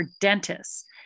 dentists